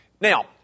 Now